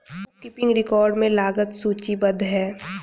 book keeping record में लागत सूचीबद्ध है